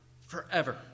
forever